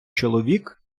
чоловік